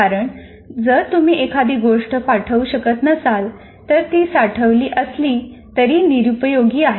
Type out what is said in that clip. कारण जर तुम्ही एखादी गोष्ट पाठवू शकत नसाल तर ती साठवली असली तरी निरुपयोगी आहे